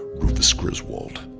rufus griswold,